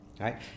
right